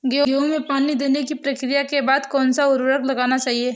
गेहूँ में पानी देने की प्रक्रिया के बाद कौन सा उर्वरक लगाना चाहिए?